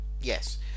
Yes